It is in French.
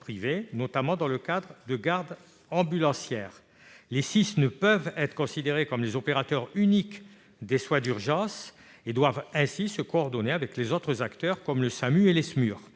privées, notamment dans le cadre de garde ambulancière. Les SIS ne peuvent être considérés comme les opérateurs uniques des soins d'urgence et doivent ainsi se coordonner avec les autres acteurs comme le SAMU et les SMUR.